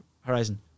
horizon